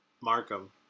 Markham